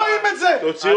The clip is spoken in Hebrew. רואים את זה.